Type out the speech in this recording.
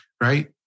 right